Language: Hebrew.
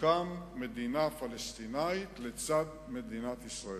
תוקם מדינה פלסטינית לצד מדינת ישראל.